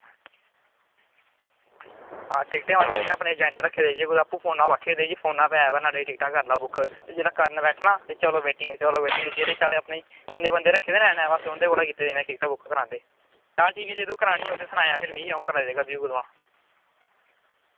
हां टिकटें बास्तै बी इनें अपन अजैंट रक्खे दे जे कुतै आपूं फोनै भई ऐप नुहाड़े परा टिकटां करी लैओ बुक ते जेल्लै करन बैठना ते चलो वेटिंग चलो वेटिंग जेह्ड़े सारे अपने जिन्ने बंदे रक्खे दे न इ नें बस उंदे कोला टिकटां बुक करांदे चल ठीक ऐ जदूं करानी होग ते सनायां फिर मीं फ्ही कराई देगा